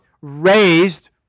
raised